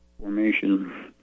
formation